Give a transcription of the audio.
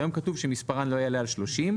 היום כתוב שמספרן לא יעלה על 30,